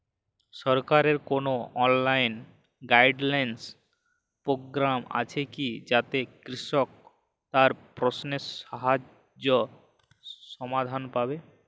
সরকারের কোনো online guidance programme আছে কি যাতে কৃষক তার প্রশ্নের সহজ সমাধান পাবে?